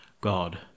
God